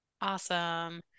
Awesome